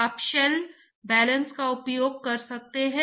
इसे रेनॉल्ड्स संख्या कहते हैं